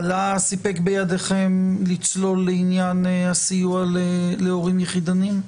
הלה סיפק בידכם לצלול לעניין הסיוע להורים יחידניים?